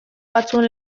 batzuen